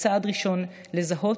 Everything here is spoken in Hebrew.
וכצעד ראשון לזהות,